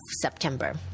September